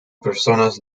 personas